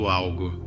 algo